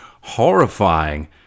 horrifying